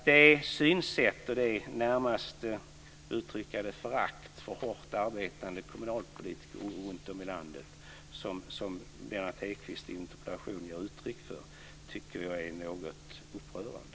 Det synsätt och det närmast, som jag vill uttrycka det, förakt för hårt arbetande kommunalpolitiker runtom i landet som Lennart Hedquist i interpellationen ger uttryck för tycker jag är något upprörande.